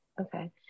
Okay